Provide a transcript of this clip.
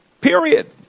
Period